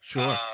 Sure